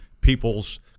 people's